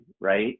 right